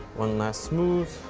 one last smooth.